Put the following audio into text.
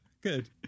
good